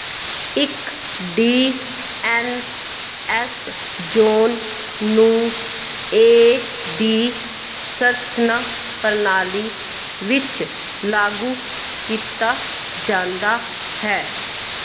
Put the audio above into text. ਇੱਕ D N S zone ਨੂੰ A ਦੀ ਸੰਰਚਨਾ ਪ੍ਰਣਾਲੀ ਵਿੱਚ ਲਾਗੂ ਕੀਤਾ ਜਾਂਦਾ ਹੈ